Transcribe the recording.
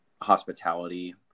hospitality